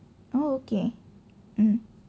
oh okay mm